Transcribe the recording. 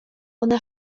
ona